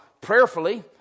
prayerfully